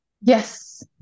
Yes